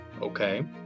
Okay